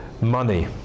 money